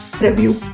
review